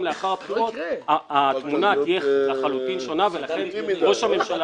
לאחר הבחירות התמונה תהיה לחלוטין שונה ולכן ראש הממשלה